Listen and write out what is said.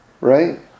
Right